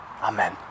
Amen